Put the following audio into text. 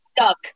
stuck